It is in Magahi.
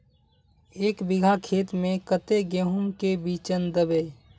एक बिगहा खेत में कते गेहूम के बिचन दबे?